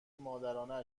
مادرانه